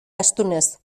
astunez